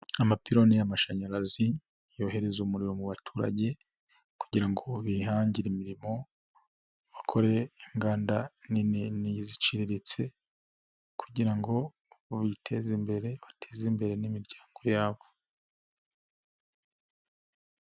Amapironi y'amashanyarazi, yohereza umuriro mu baturage kugira ngo bihangire imirimo, bakore inganda nini n'iziciriritse kugira ngo biteze imbere, bateze imbere n'imiryango yabo.